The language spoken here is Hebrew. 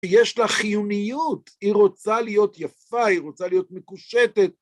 יש לה חיוניות, היא רוצה להיות יפה, היא רוצה להיות מקושטת.